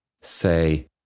say